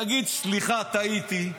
תתנצל, תגיד: סליחה, טעיתי,